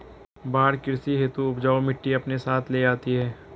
बाढ़ कृषि हेतु उपजाऊ मिटटी अपने साथ ले आती है